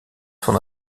son